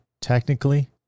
Technically